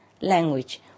language